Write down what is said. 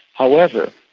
however,